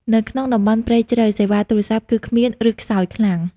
នៅក្នុងតំបន់ព្រៃជ្រៅ សេវាទូរស័ព្ទគឺគ្មាន ឬខ្សោយខ្លាំង។